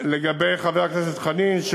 לגבי חבר הכנסת חנין,